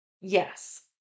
Yes